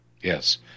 Yes